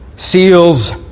Seals